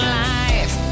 life